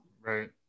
Right